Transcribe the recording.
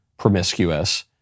promiscuous